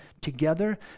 together